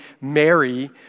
Mary